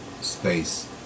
space